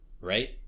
right